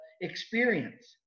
experience